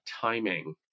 timing